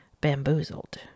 bamboozled